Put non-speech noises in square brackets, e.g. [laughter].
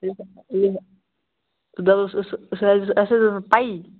[unintelligible] دَپُوس حظ اوس اَسہِ حظ ٲس نہٕ پَیی